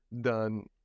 done